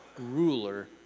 ruler